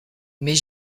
mais